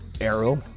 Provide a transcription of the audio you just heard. Arrow